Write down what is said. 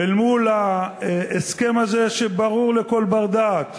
אל מול ההסכם הזה, שברור לכל בר-דעת